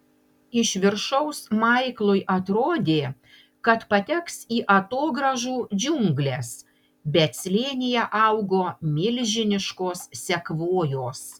iš viršaus maiklui atrodė kad pateks į atogrąžų džiungles bet slėnyje augo milžiniškos sekvojos